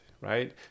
right